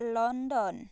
London